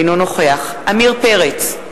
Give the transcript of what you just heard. אינו נוכח עמיר פרץ,